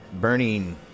burning